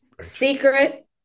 Secret